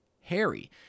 Harry